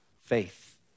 Faith